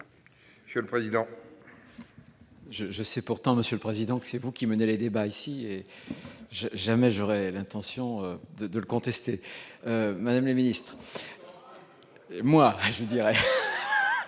monsieur le président.